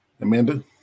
Amanda